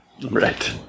Right